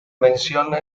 menciona